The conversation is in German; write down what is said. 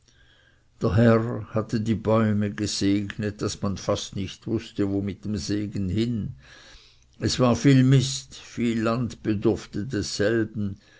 herr hatte die bäume gesegnet daß man fast nicht wußte wo mit diesem segen hin es war viel mist viel land bedurfte desselben